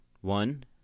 One